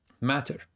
matter